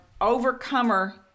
Overcomer